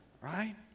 Right